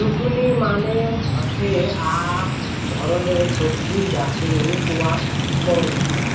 zucchini মানে হসে আক ধরণের সবজি যাকে স্কোয়াশ কহু